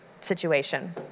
situation